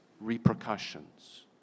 repercussions